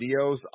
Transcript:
videos